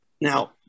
Now